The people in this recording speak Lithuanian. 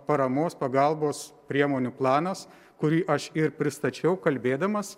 paramos pagalbos priemonių planas kurį aš ir pristačiau kalbėdamas